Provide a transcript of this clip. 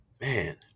Man